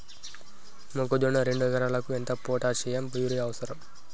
మొక్కజొన్న రెండు ఎకరాలకు ఎంత పొటాషియం యూరియా అవసరం?